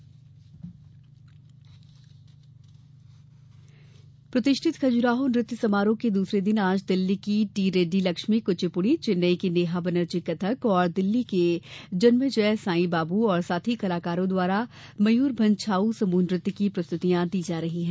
खजुराहो समारोह प्रतिष्ठित खजुराहो नृत्य समारोह के दूसरे दिन आज दिल्ली की टी रेड्डी लक्ष्मी कुचिपुड़ि चेन्नई की नेहा बैनर्जी कथक और दिल्ली के जन्मय जय साई बाबू और साथी कलाकारों द्वारा मयूरभंज छाऊ समूह नृत्य की प्रस्तुति दी जा रही है